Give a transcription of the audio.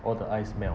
all the ice melt